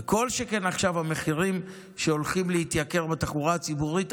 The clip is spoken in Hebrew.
וכל שכן המחירים שעכשיו הולכים לעלות בתחבורה הציבורית,